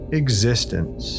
existence